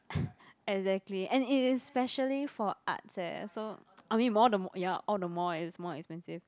exactly and it is specially for arts eh so I mean more the ya all the more it is more expensive